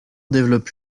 développent